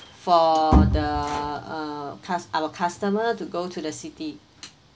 for the uh cus~ our customer to go to the city